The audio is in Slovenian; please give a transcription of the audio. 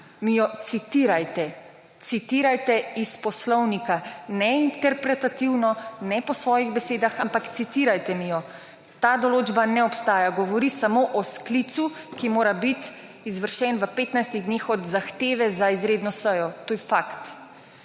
mi jo citirajte, citirajte iz Poslovnika ne interpretativno, ne po svojih besedah, ampak citiraj te mi jo. Ta določba ne obstaja govori samo o sklicu, ki mora biti izvršen v 15 dneh od zahteve za izredno sejo, to je fakt